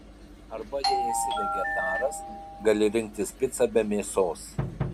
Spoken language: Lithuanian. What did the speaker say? arba jei yra vegetaras gali rinktis picą be mėsos